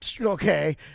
Okay